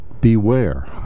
beware